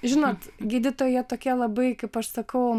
žinot gydytojai jie tokie labai kaip aš sakau